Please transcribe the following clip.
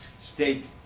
state